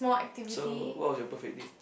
so what was your perfect date